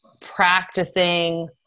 practicing